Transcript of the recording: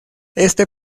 este